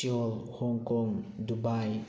Seoul Hong Kong Dubai